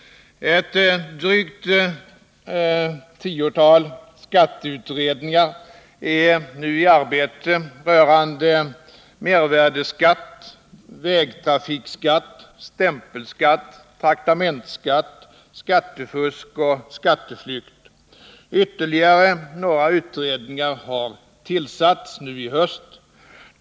Ett drygt tiotal skatteutredningar är nu i arbete med frågor rörande mervärdeskatt, vägtrafikskatt, stämpelskatt, traktamentsskatt, skattefusk och skatteflykt. Ytterligare några utredningar har tillsatts nu i höst.